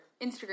Instagram